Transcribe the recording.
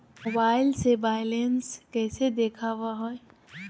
Mobile से balance कैसे देखाबो है?